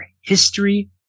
History